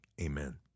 amen